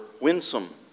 winsome